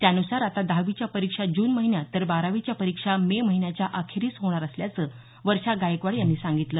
त्यानुसार आता दहावीच्या परीक्षा जून महिन्यात तर बारावीच्या परीक्षा मे महिन्याच्या अखेरीस होणार असल्याचं वर्षा गायकवाड यांनी सांगितलं